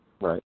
Right